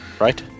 right